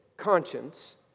conscience